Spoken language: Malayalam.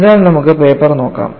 അതിനാൽ നമുക്ക് പേപ്പർ നോക്കാം